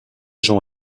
gens